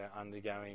undergoing